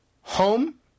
home